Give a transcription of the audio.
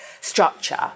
structure